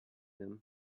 him